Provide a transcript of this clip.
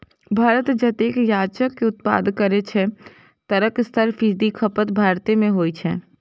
भारत जतेक चायक उत्पादन करै छै, तकर सत्तर फीसदी खपत भारते मे होइ छै